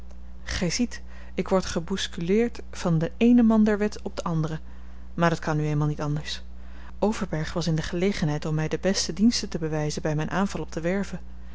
gij ziet ik word gebousculeerd van den eenen man der wet op den anderen maar dat kan nu eenmaal niet anders overberg was in de gelegenheid om mij de beste diensten te bewijzen bij mijn aanval op de werve